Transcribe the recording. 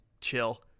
chill